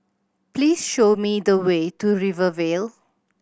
please show me the way to Rivervale